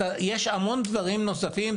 יש המון דברים נוספים.